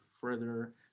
Further